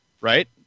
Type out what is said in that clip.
right